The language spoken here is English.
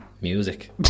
Music